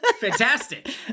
Fantastic